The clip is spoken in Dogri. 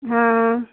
हां